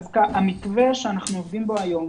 המתווה שאנחנו עובדים בו היום,